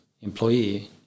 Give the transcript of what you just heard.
employee